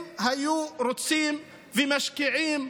אם היו רוצים ומשקיעים,